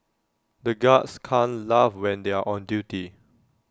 the guards can laugh when they are on duty